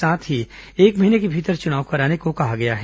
साथ ही एक महीने के भीतर चुनाव कराने के लिए कहा है